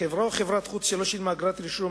חברה או חברת-חוץ שלא שילמה אגרת רישום,